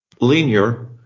linear